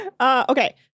Okay